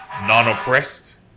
non-oppressed